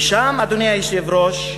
אדוני היושב-ראש,